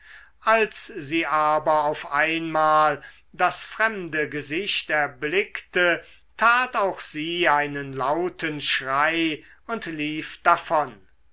als sie aber auf einmal das fremde gesicht erblickte tat auch sie einen lauten schrei und lief davon